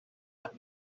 las